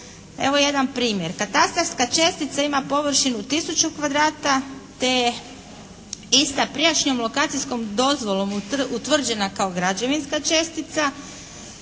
Evo jedan primjer. Katastarska čestica ima površinu 1000 kvadrata, te i sa prijašnjom lokacijskom dozvolom utvrđena kao građevinska čestica,